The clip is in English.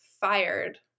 fired